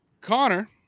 Connor